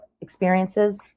experiences